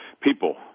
people